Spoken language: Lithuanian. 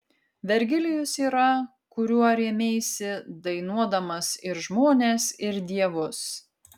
vergilijus yra kuriuo rėmeisi dainuodamas ir žmones ir dievus